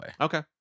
okay